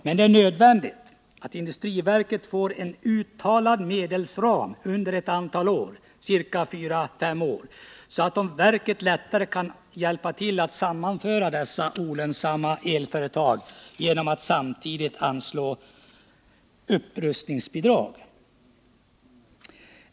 Men det är nödvändigt att industriverket får en uttalad medelsram under ett antal år, förslagsvis fyra fem år, så att verket lättare kan hjälpa till att sammanföra dessa olönsamma elföretag genom att samtidigt anslå upprustningsbidrag.